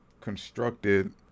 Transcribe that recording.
constructed